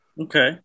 Okay